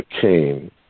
came